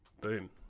Boom